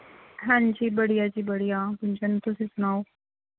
ਹਾਂਜੀ ਬੜੀਆ ਜੀ ਬੜੀਆ ਕੰਚਨ ਤੁਸੀਂ ਸੁਣਾਓ